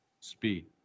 Speed